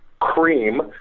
cream